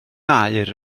aur